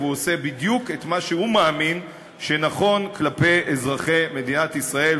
והוא עושה בדיוק את מה שהוא מאמין שנכון כלפי אזרחי מדינת ישראל.